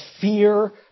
fear